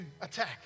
attack